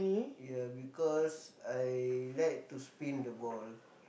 ya because I like to spin the ball